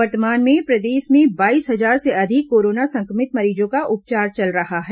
वर्तमान में प्रदेश में बाईस हजार से अधिक कोरोना संक्रमित मरीजों का उपचार चल रहा है